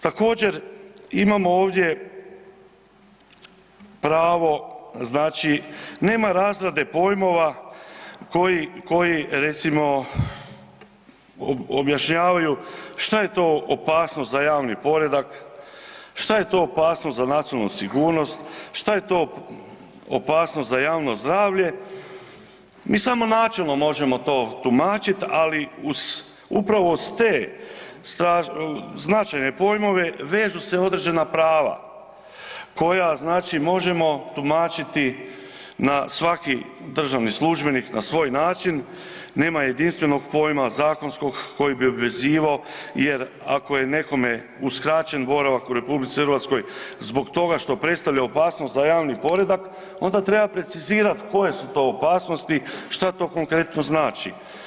Također imamo ovdje pravo znači nema razrade pojmova koji, koji recimo objašnjavaju šta je to opasnost za javni poredak, šta je to opasnost za nacionalnu sigurnost, šta je to opasnost za javno zdravlje, mi samo načelno možemo to tumačiti ali upravo uz ste značajne pojmove vežu se određena prava koja znači možemo tumačiti na svaki državni službenik na svoj način, nema jedinstvenog pojma zakonskog koji bi obvezivao jer ako je nekome uskraćen boravak u RH zbog toga što predstavlja opasnost za javni poredak onda treba precizirati koje su to opasnosti šta to konkretno znači.